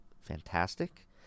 fantastic